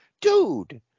dude